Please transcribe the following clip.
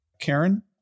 Karen